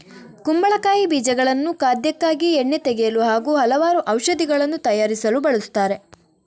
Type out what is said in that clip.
ಕುಂಬಳಕಾಯಿ ಬೀಜಗಳನ್ನು ಖಾದ್ಯಕ್ಕಾಗಿ, ಎಣ್ಣೆ ತೆಗೆಯಲು ಹಾಗೂ ಹಲವಾರು ಔಷಧಿಗಳನ್ನು ತಯಾರಿಸಲು ಬಳಸುತ್ತಾರೆ